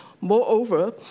moreover